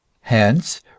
Hence